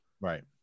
right